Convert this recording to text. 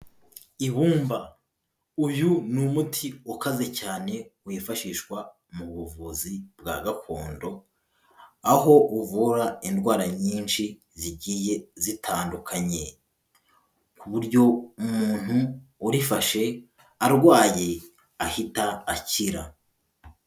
Ibumba, uyu ni umuti ukaze cyane wifashishwa mu buvuzi bwa gakondo, aho uvura indwara nyinshi zigiye zitandukanye, ku buryo umuntu urifashe arwaye ahita akira.